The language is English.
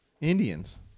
Indians